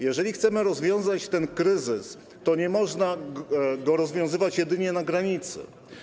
Jeżeli chcemy rozwiązać ten kryzys, to nie można go rozwiązywać jedynie na granicy.